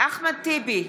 אחמד טיבי,